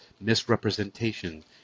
misrepresentation